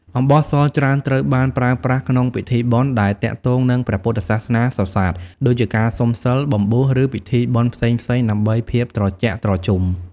អំបោះសច្រើនត្រូវបានប្រើប្រាស់ក្នុងពិធីបុណ្យដែលទាក់ទងនឹងព្រះពុទ្ធសាសនាសុទ្ធសាធ ដូចជាការសុំសីល បំបួស ឬពិធីបុណ្យផ្សេងៗដើម្បីភាពត្រជាក់ត្រជុំ។